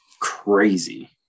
crazy